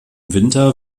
winter